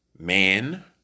Man